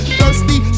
Thirsty